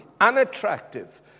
unattractive